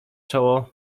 czoło